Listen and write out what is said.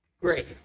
Great